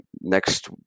Next